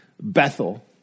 Bethel